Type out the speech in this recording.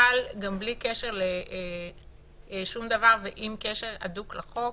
אבל גם בלי קשר לשום דבר ועם קשר הדוק לחוק